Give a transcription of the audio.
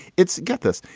it's got this.